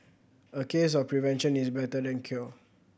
a case of prevention is better than cure